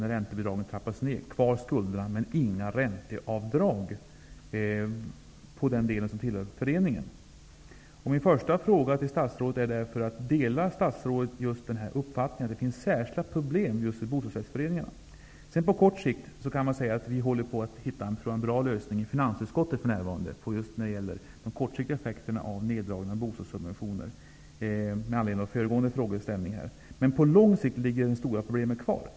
När räntebidragen sedan trappas ned har de kvar skulderna men kan inte göra några ränteavdrag på den del som tillhör föreningen. Min första fråga till statsrådet är därför: Delar statsrådet uppfattningen att det finns särskilda problem just för bostadsrättsföreningarna? Man kan säga att vi i finansutskottet håller på att hitta en bra lösning när det gäller de kortsiktiga effekterna av neddragningarna av bostadssubventionerna, med anledning av föregående frågeställning. Men på lång sikt finns de stora problemen kvar.